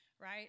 Right